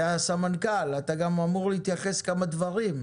הסמנכ"ל, אתה גם אמור להתייחס לכמה דברים,